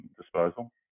disposal